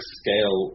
scale